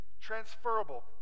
transferable